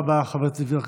תודה רבה, חבר הכנסת יברקן.